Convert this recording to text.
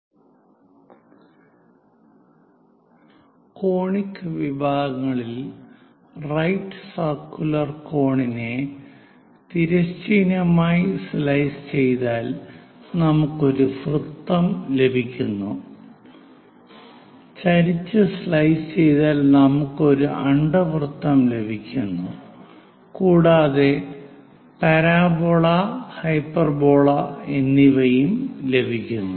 conic sections V conic വിഭാഗങ്ങളിൽ right circular cone ഇനെ തിരശ്ചീനമായി സ്ലൈസ് ചെയ്താൽ നമുക്ക് ഒരു വൃത്തം ലഭിക്കുന്നു ചരിച്ചു സ്ലൈസ് ചെയ്താൽ നമുക്ക് ഒരു അണ്ഡവൃത്തം ലഭിക്കുന്നു കൂടാതെ പരാബോള ഹൈപ്പർബോള എന്നിവയും ലഭിക്കുന്നു